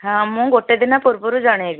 ହଁ ମୁଁ ଗୋଟେ ଦିନ ପୂର୍ବରୁ ଜଣେଇବି